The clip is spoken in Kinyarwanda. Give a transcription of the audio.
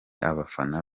abafana